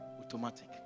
automatic